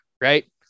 right